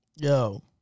Yo